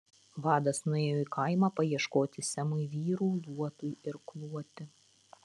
vadas nuėjo į kaimą paieškoti semui vyrų luotui irkluoti